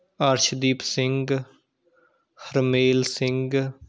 Arshdeep Singh Harmel Singh